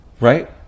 right